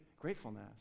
gratefulness